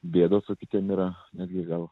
bėdos o kitiem yra netgi gal